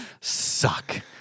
Suck